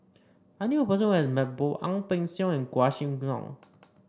I knew a person who has met both Ang Peng Siong and Quah Kim Song